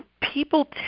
people